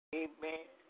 amen